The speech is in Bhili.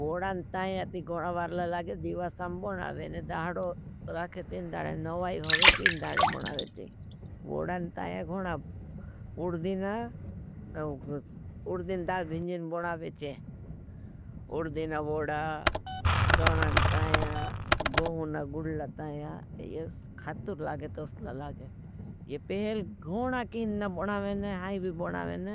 गोड़ान ताया ती गोड़ा बारला लागे, दिवासां बोनावेने, दाहडो राखे ती नवाई होवे ती नदाड़ बोनावेती। गोड़ान ताया गोड़ा उर्दीना डाल भिजीन बोनावेचे। उर्दीना गोड़ान चौधान तया गओडून का गुड़ ताया। ते खतूर लागे तोसला लागे तोसला लागे। ये पेल गोड़ान की ना गोड़ान वेने हावी गोड़ान वेने